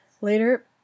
Later